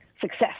success